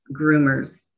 groomers